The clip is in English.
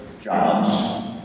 jobs